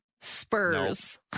spurs